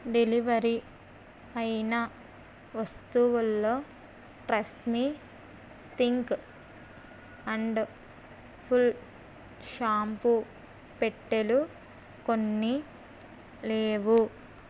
delivery అయిన వస్తువుల్లో trust me think and full shampoo పెట్టెలు కొన్ని లేవు